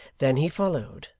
then he followed,